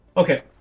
Okay